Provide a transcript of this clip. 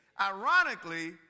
Ironically